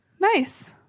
Nice